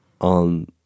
on